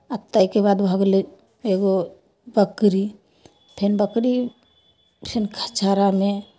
आ ताहिके बाद भऽ गेलै एगो बकरी फेन बकरी फेन चारामे